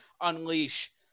unleash